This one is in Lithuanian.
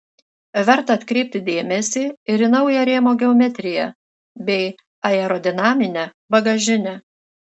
verta atkreipti dėmesį ir į naują rėmo geometriją bei aerodinaminę bagažinę